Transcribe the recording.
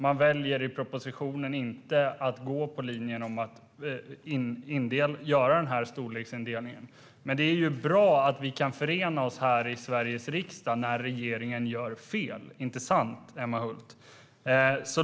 Man väljer i propositionen att inte gå på linjen att göra storleksindelningen. Det är bra att vi i Sveriges riksdag kan förena oss när regeringen gör fel. Inte sant, Emma Hult?